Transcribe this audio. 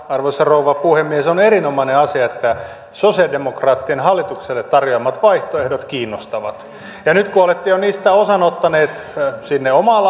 arvoisa rouva puhemies on erinomainen asia että sosialidemokraattien hallitukselle tarjoamat vaihtoehdot kiinnostavat nyt kun olette niistä osan ottaneet sinne omaan